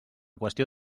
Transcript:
qüestió